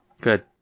Good